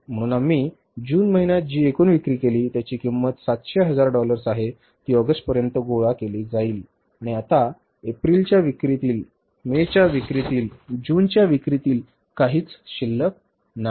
म्हणून आम्ही जून महिन्यात जी एकूण विक्री केली ज्याची किंमत 700 हजार डॉलर्स आहे ती ऑगस्टपर्यंत गोळा केली जाईल आणि आता एप्रिलच्या विक्रीतील मेच्या विक्रीतील जूनच्या विक्रीतील काहीच शिल्लक नाही